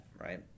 right